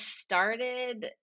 started